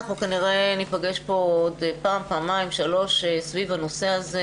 אנחנו כנראה עוד ניפגש עוד פעם-פעמיים-שלוש סביב הנושא הזה,